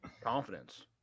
confidence